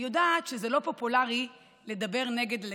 אני יודעת שזה לא פופולרי לדבר נגד לגליזציה,